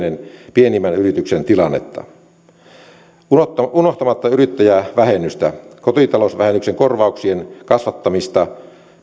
pienimmän yrityksen tilannetta unohtamatta yrittäjävähennystä kotitalousvähennyksen korvauksien kasvattamista